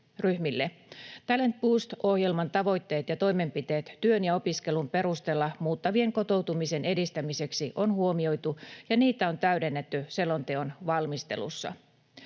Talent Boost ‑ohjelman tavoitteet ja toimenpiteet työn ja opiskelun perusteella muuttavien kotoutumisen edistämiseksi on huomioitu, ja niitä on täydennetty selonteon valmistelussa.